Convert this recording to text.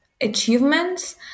achievements